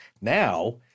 Now